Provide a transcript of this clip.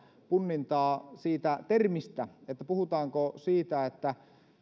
punnintaa siitä termistä puhutaanko siitä että